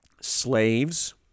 Slaves